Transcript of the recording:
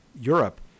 Europe